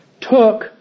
took